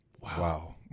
Wow